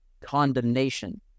condemnation